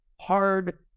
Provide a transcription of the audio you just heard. hard